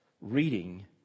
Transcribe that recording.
reading